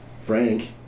Frank